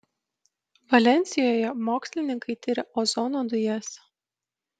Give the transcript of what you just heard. valensijoje mokslininkai tiria ozono dujas